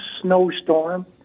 snowstorm